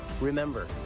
Remember